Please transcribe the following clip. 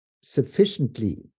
sufficiently